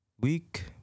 Week